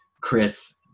Chris